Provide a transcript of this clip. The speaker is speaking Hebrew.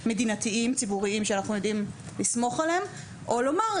מדינתיים-ציבוריים שאנחנו יודעים לסמוך עליהם או לומר,